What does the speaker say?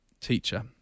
teacher